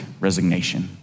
resignation